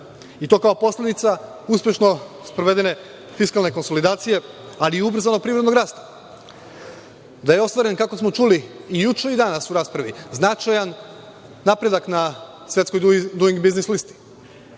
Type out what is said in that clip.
i to kao posledica uspešno sprovedene fiskalne konsolidacije, ali i ubrzanog privrednog rasta. Ostvaren je, kako smo čuli i juče i danas u raspravi, značajan napredak na svetskoj Duing biznis listi.